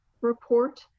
Report